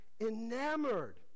enamored